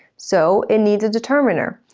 so, it needs a determiner.